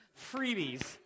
Freebies